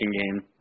game